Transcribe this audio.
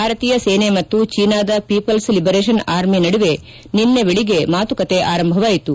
ಭಾರತೀಯ ಸೇನೆ ಮತ್ತು ಚೀನಾದ ಪೀಪಲ್ಲ್ ಲಿಬರೇಷನ್ ಆರ್ಮಿ ನಡುವೆ ನಿನ್ನೆ ಬೆಳಿಗ್ಗೆ ಮಾತುಕತೆ ಆರಂಭವಾಯಿತು